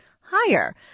higher